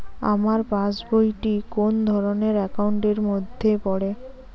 আমার passbook টি কোন ধরণের একাউন্ট এর মধ্যে পড়ে?